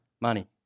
money